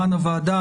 הוועדה.